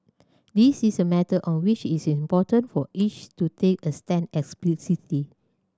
this is a matter on which it is important for each to take a stand explicitly